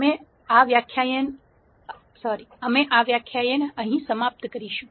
અમે આ વ્યાખ્યાન અહી સમાપ્ત કરીશું